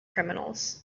criminals